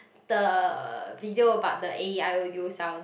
the video about the A E I O U sounds